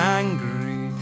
angry